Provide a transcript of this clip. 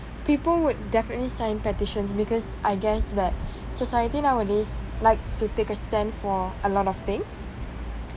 people would definitely sign petitions because I guess that society nowadays likes to take a stand for a lot of things